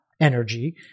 energy